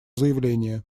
заявление